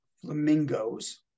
flamingos